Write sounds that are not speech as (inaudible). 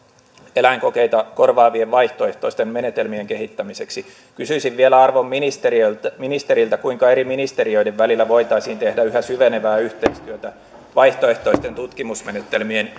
eläinkokeita korvaavien vaihtoehtoisten menetelmien kehittämiseksi kysyisin vielä arvon ministeriltä ministeriltä kuinka eri ministeriöiden välillä voitaisiin tehdä yhä syvenevää yhteistyötä vaihtoehtoisten tutkimusmenetelmien (unintelligible)